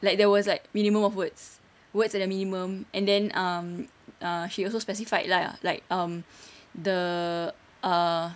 like there was like minimum of words words in a minimum and then um ah she also specified lah like um the uh